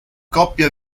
coppia